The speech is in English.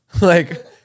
Like-